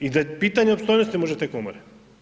I da je pitanje opstojnosti možda te komore.